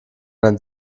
dein